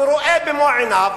ורואה במו-עיניו